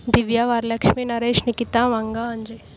Divya Varalakshmi Naresh Nikita Vanga Anji